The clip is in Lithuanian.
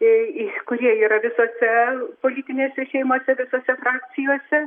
į į kurie yra visose politinėse šeimose visose frakcijose